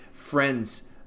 Friends